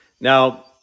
Now